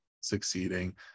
succeeding